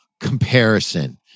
comparison